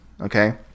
Okay